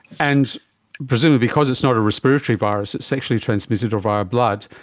and presumably because it's not a respiratory virus, it's sexually-transmitted or via blood,